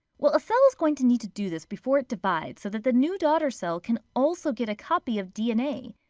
well a cell is going to need to do this before it divides so that the new daughter cell can also get a copy of dna.